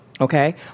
Okay